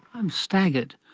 i am staggered.